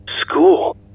School